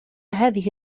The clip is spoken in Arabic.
هذه